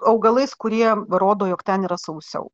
augalais kurie rodo jog ten yra sausiau